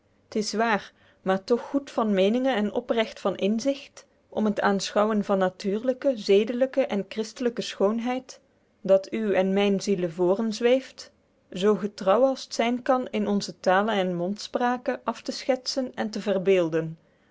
t is waer maer toch goed van meeninge en opregt van inzigt om het aenschouwen van natuerlyke zedelyke en christelyke schoonheid dat uwe en myne ziele voorenzweeft zoo getrouw als t zyn kan in onze tale en mondsprake af te schetsen en te verbeelden